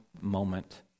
moment